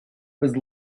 was